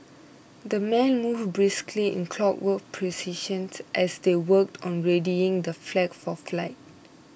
the men moved briskly in clockwork precision's as they worked on readying the flag for flight